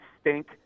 stink